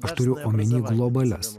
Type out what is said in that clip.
aš turiu omeny globalias